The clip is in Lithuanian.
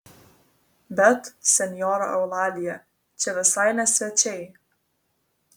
bet senjora eulalija čia visai ne svečiai